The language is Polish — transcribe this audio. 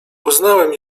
uznałem